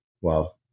Wow